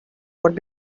what